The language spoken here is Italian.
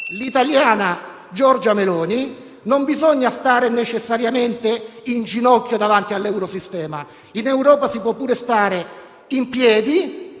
l'italiana Giorgia Meloni, non bisogna stare necessariamente in ginocchio davanti all'eurosistema, in Europa si può anche stare in piedi,